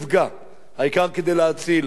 העיקר כדי להציל שכונה,